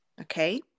okay